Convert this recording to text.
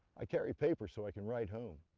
i carry paper so i can write home.